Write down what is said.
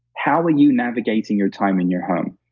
how are you navigating your time in your home?